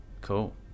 Cool